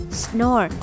snore